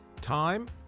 Time